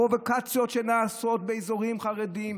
הפרובוקציות שנעשות באזורים חרדיים,